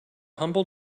humble